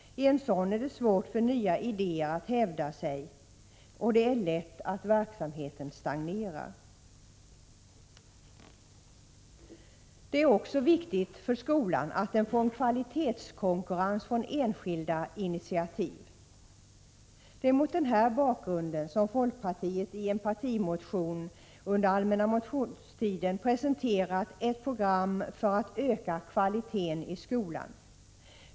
I en sådan är det svårt för nya idéer att hävda sig. Det är lätt att verksamheten stagnerar. Det är också viktigt för skolan att den får en kvalitetskonkurrens från enskilda alternativ. Det är mot denna bakgrund som folkpartiet i en partimotion under allmänna motionstiden presenterat ett program för att öka kvaliteten i skolan.